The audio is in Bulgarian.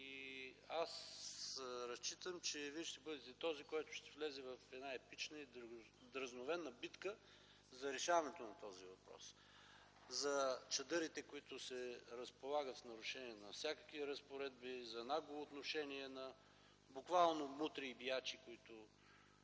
и аз разчитам, че Вие ще бъдете този, който ще влезе в една епична и дръзновена битка за решаването на този въпрос – за чадърите, които се разполагат в нарушение на всякакви разпоредби, за нагло отношение, буквално, на мутри и биячи, които